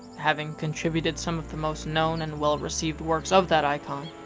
having contributed some of the most known and well received works of that icon?